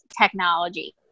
technology